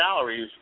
calories